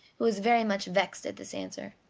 who was very much vexed at this answer.